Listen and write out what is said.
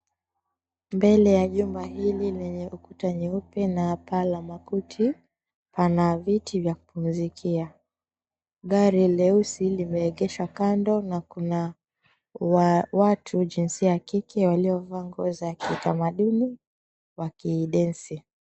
Mbele ya jumba hili lenye ukuta nyeupe na paa la makuti, pana viti vya kupumzikia. Gari leusi limeegeshwa kando na kuna watu jinsia ya kike waliovaa nguo za kitamaduni wakidensi.